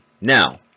now